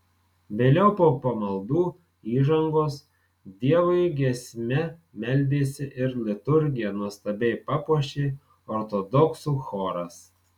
vėliau po pamaldų įžangos dievui giesme meldėsi ir liturgiją nuostabiai papuošė ortodoksų choras